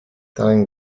tiling